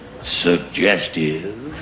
suggestive